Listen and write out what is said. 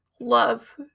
love